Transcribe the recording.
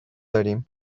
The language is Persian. داریم